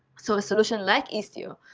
so a solution like istio,